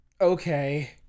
okay